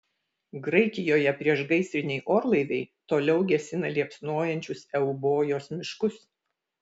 graikijoje priešgaisriniai orlaiviai toliau gesina liepsnojančius eubojos miškus